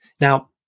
now